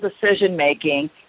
decision-making